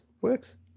works